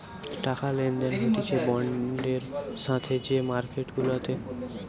টাকা লেনদেন হতিছে বন্ডের সাথে যে মার্কেট গুলাতে